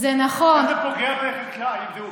אם אתה פוגע בחקלאי,